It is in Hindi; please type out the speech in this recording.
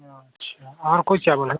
अच्छा और कोई चावल है